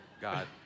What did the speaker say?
God